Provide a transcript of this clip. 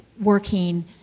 working